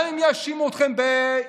גם אם יאשימו אתכם באסלאמופוביה.